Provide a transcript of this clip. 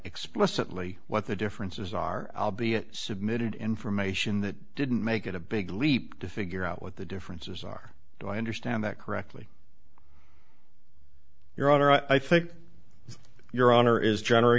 explicitly what the differences are submitted information that didn't make it a big leap to figure out what the differences are so i understand that correctly your honor i think your honor is generally